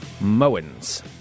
Moens